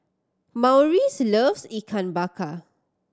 Maurice loves Ikan Bakar